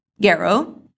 Gero